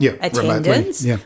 attendance